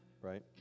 right